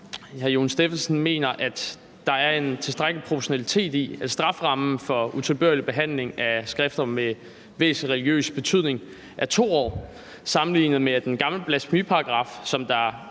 Jon Stephensen mener, at der er en tilstrækkelig proportionalitet i, at strafferammen for utilbørlig behandling af skrifter med væsentlig religiøs betydning er 2 år, sammenlignet med at den gamle blasfemiparagraf, som de